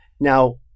now